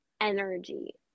energy